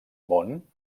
món